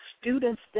students